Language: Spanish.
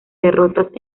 derrotas